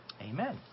Amen